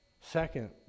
Second